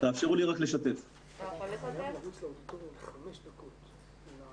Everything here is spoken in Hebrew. שונה לחלוטין ממה שהצגתם.